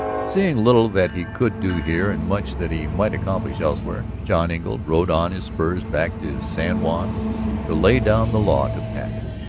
seeing little that he could do here and much that he might accomplish elsewhere, john engle rode on his spurs back to san juan to lay down the law to patten.